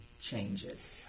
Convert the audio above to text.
changes